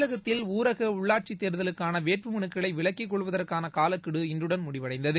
தமிழகத்தில் ஊரக உள்ளாட்சித் தேர்தலுக்கான வேட்புமனுக்களை விலக்கிக் கொள்வதற்கான காலக்கெடு இன்றுடன் முடிவடைந்தது